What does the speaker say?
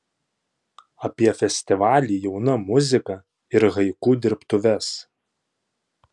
apie festivalį jauna muzika ir haiku dirbtuves